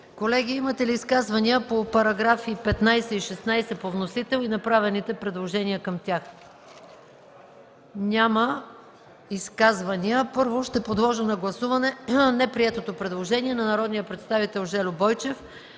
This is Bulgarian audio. Колеги, имате ли изказвания по параграфи 15 и 16 по вносител и направените предложения към тях? Няма. Първо, ще подложа на гласуване неприетото предложение на народния